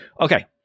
Okay